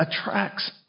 attracts